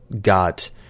got